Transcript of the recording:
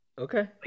Okay